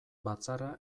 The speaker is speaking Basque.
batzarra